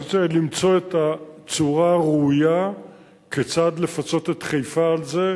אנחנו צריכים למצוא את הצורה הראויה כיצד לפצות את חיפה על זה,